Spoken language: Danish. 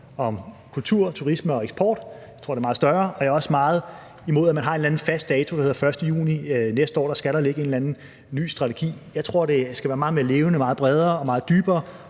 om kultur, turisme og eksport, jeg tror, det er meget større, og jeg er også meget imod, at man har en eller anden fast dato, der hedder den 1. juni næste år, for, at der skal ligge en eller anden ny strategi. Jeg tror, det skal være meget mere levende, meget bredere og meget dybere